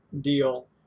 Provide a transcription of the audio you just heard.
deal